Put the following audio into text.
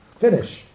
finish